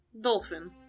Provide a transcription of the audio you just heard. Dolphin